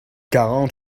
quarante